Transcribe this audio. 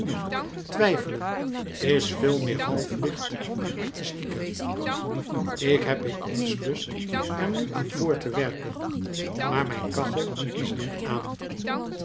twijfelen is veel meer halflicht en artistieker ik heb in eens lust er nu aan voort te werken maar mijn kachel is niet aan